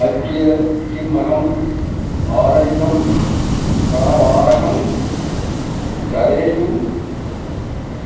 अद्य किम् अहम् भारयुतं प्रावारकं धरेयम्